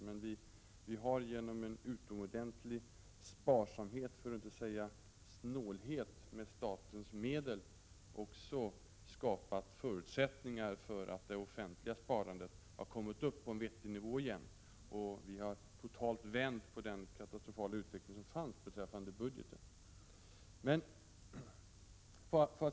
Men vi har genom en utomordentlig sparsamhet för att inte säga snålhet med statens medel också skapat förutsättningar för att det offentliga sparandet har kunnat komma upp på en vettig nivå igen. Vi har totalt vänt på den katastrofala utveckling som fanns beträffande budgeten.